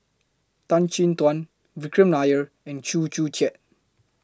Tan Chin Tuan Vikram Nair and Chew Joo Chiat